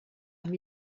amb